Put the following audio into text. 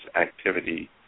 activity